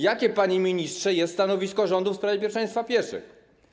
Jakie, panie ministrze, jest stanowisko rządu w sprawie pierwszeństwa pieszych?